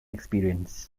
experience